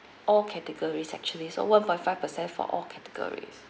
all categories actually so one point five percent for all categories